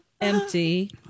empty